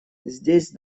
здесь